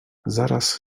zaraz